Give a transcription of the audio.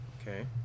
Okay